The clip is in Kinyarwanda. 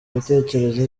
ibitekerezo